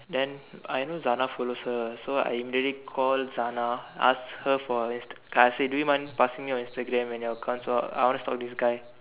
then I know Zana follows her so I immediately call Zana ask her for her Instagram I say do you mind passing me your Instagram and your account so I wanna stalk this guy